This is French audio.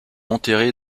enterré